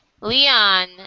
Leon